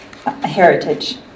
heritage